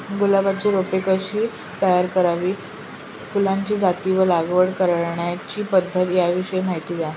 गुलाबाची रोपे कशी तयार करावी? फुलाच्या जाती व लागवड करण्याची पद्धत याविषयी माहिती द्या